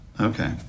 Okay